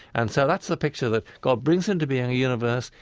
and so that's the picture that god brings into being a universe,